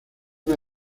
una